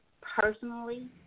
personally